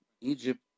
Egypt